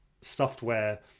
software